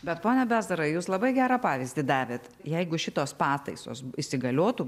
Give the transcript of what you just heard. bet pone bezarai jūs labai gerą pavyzdį davėt jeigu šitos pataisos įsigaliotų